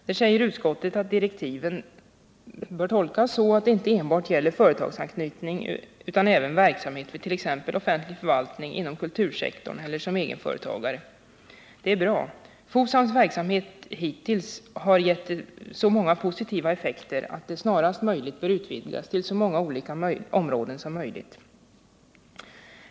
Där säger utskottet att direktiven bör tolkas så att det inte enbart gäller företagsanknytning utan även verksamhet t.ex. inom offentlig förvaltning, inom kultursektorn eller som egenföretagare. Det är bra. FOSAM:s verksamhet har hittills gett så många positiva effekter att den snarast möjligt bör utvidgas till så många olika områden som möjligt.